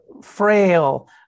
frail